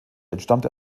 entstammte